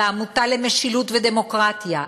על העמותה למשילות ולדמוקרטיה,